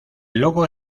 logo